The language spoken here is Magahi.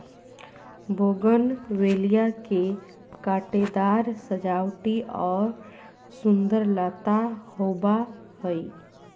बोगनवेलिया के कांटेदार सजावटी और सुंदर लता होबा हइ